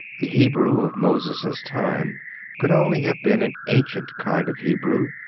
the hebrew of moses' time could only have been an ancient kind of hebrew,